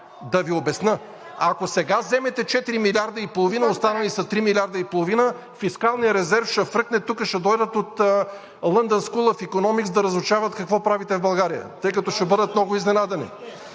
да Ви обясня – ако сега вземете примерно 4,5 милиарда, останали са 3,5 милиарда, фискалният резерв ще хвръкне, тук ще дойдат от London School of Economics да разучават какво правите в България, тъй като ще бъдат много изненадани.